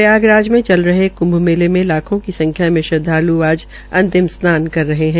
प्रयागराज में चल रहे कृंभ मेले में लाखों की संख्या में श्रद्वाल् आज अंतिम स्नान कर रहे है